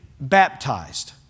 baptized